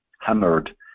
hammered